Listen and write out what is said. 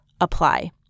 apply